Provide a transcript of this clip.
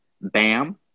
Bam